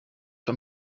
van